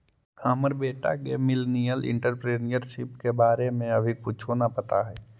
हमर बेटा के मिलेनियल एंटेरप्रेन्योरशिप के बारे में अभी कुछो न पता हई